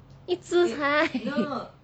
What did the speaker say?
一只才